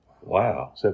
Wow